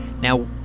now